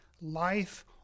life